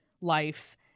life